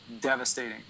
devastating